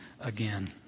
again